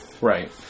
Right